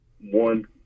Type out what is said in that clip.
one